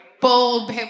bold